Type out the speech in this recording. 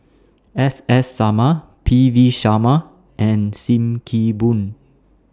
S S Sarma P V Sharma and SIM Kee Boon